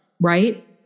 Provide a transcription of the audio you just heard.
right